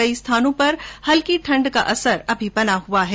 कई स्थानों पर हल्की ठंड का असर अब भी बना हुआ है